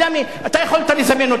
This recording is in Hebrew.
אתה יכולת לזמן אותו, אדוני.